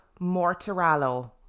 Mortarallo